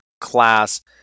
class